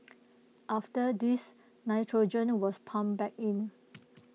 after this nitrogen was pumped back in